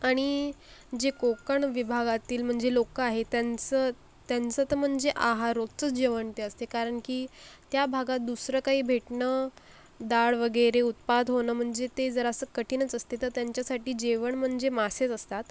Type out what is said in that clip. आणि जे कोकण विभागातील म्हणजे लोक आहेत त्यांचं त्यांचं तर म्हणजे आहा रोजचंच जेवण ते असते कारण की त्या भागात दुसरं काही भेटणं डाळ वगैरे उत्पादन होणं म्हणजे ते जरासं कठीणच असते तर त्यांच्यासाठी जेवण म्हणजे मासेच असतात